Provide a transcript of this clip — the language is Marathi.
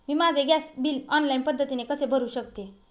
मी माझे गॅस बिल ऑनलाईन पद्धतीने कसे भरु शकते?